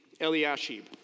Eliashib